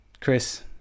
chris